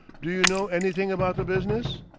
do you know anything about the business?